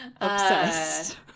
Obsessed